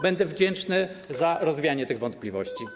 Będę wdzięczny za rozwianie tych wątpliwości.